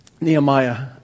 Nehemiah